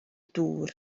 dŵr